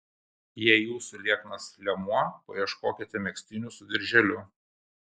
jei jūsų lieknas liemuo paieškokite megztinių su dirželiu